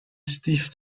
steve